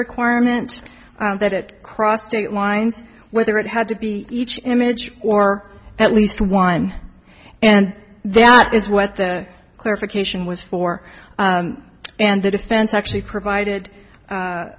requirement that it crossed state lines whether it had to be each image or at least one and that is what the clarification was for and the defense actually provided